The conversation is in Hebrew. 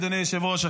אדוני היושב-ראש,